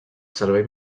servei